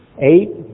eight